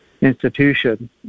institution